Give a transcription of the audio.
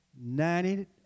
Ninety